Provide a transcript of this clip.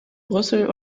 brüssel